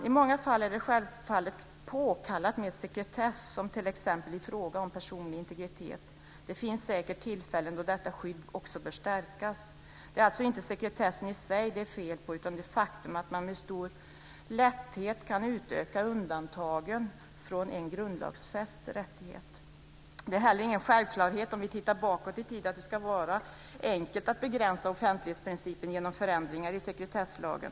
I många fall är det självfallet påkallat med sekretess som t.ex. i fråga om personlig integritet. Det finns säkert tillfällen då detta skydd bör stärkas. Det är alltså inte sekretessen i sig det är fel på utan det faktum att man med stor lätthet kan utöka undantagen från en grundlagsfäst rättighet. Det är heller ingen självklarhet om vi tittar bakåt i tiden att det ska vara enkelt att begränsa offentlighetsprincipen genom förändringar i sekretesslagen.